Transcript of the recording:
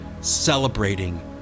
celebrating